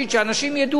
שאנשים ידעו,